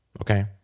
okay